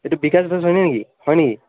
এইটো বিকাশ দাস হয় নেকি